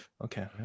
Okay